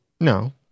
No